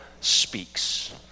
speaks